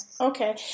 okay